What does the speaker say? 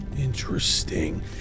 interesting